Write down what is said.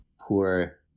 poor